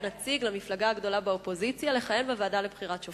נציג למפלגה הגדולה באופוזיציה בוועדה לבחירת שופטים.